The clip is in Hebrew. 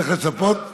שצריך לצפות, לא.